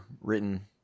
written